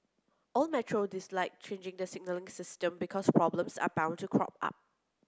all metro dislike changing the signalling system because problems are bound to crop up